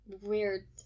weird